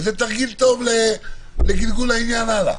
וזה תרגיל טוב לגלגול העניין הלאה.